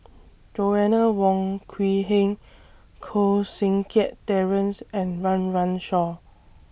Joanna Wong Quee Heng Koh Seng Kiat Terence and Run Run Shaw